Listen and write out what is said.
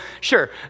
sure